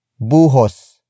Buhos